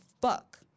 fuck